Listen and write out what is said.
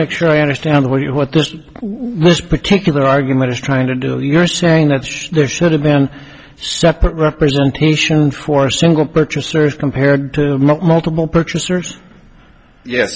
make sure i understand what you what this was particular argument is trying to do you're saying that such there should have been separate representation for single purchasers compared to multiple purchasers ye